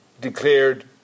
declared